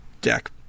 Deck